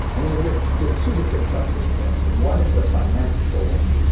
i mean, is this this two distinct questions there. one is the finance. so one,